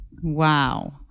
Wow